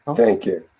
thank you.